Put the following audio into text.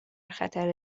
خطر